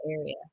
area